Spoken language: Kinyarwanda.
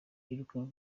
yirukanwe